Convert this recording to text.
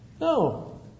No